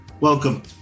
Welcome